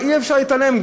אי-אפשר להתעלם.